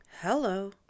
Hello